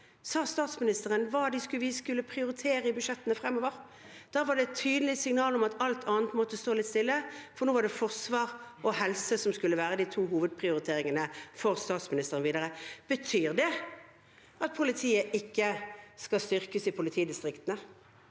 sa statsministeren hva de skulle prioritere i budsjettene framover. Da var det et tydelig signal om at alt annet måtte stå litt stille, for nå var det forsvar og helse som skulle være de to hovedprioriteringene for statsministeren videre. Betyr det at politiet ikke skal styrkes i politidistriktene?